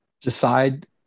decide